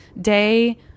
day